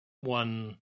one